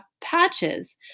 patches